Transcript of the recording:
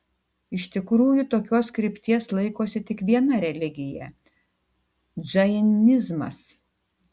iš tikrųjų tokios krypties laikosi tik viena religija džainizmas